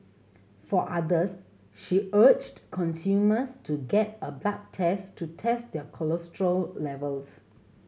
for others she urged consumers to get a blood test to test their cholesterol levels